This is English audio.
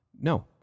No